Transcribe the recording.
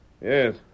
Yes